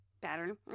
pattern